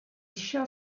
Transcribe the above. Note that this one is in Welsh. eisiau